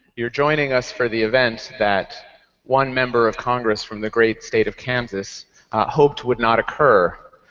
you're joining us for the event that one member of congress from the great state of kansas hoped would not occur.